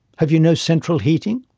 have you no central heating?